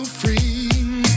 free